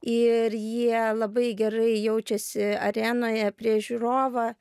ir jie labai gerai jaučiasi arenoje prieš žiūrovą